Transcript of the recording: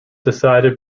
decided